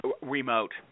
remote